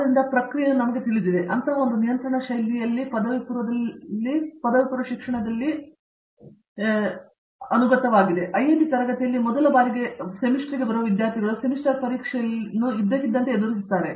ಆದ್ದರಿಂದ ಪ್ರಕ್ರಿಯೆಯು ನಿಮಗೆ ತಿಳಿದಿದೆ ಅಂತಹ ಒಂದು ನಿಯಂತ್ರಣ ಶೈಲಿಯಲ್ಲಿ ಚಾಲನೆಯಾಗುತ್ತಿದ್ದು ಐಐಟಿ ತರಗತಿಯಲ್ಲಿ ಮೊದಲ ಬಾರಿಗೆ ಸೆಮಿಸ್ಟರ್ ಬರುವ ವಿದ್ಯಾರ್ಥಿಗಳು ಸೆಮಿಸ್ಟರ್ ಪರೀಕ್ಷೆಯಲ್ಲಿ ಇದ್ದಕ್ಕಿದ್ದಂತೆ ಎದುರಿಸುತ್ತಾರೆ